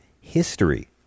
history